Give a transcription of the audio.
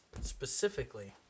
specifically